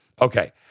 Okay